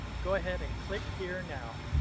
go ahead and click here now.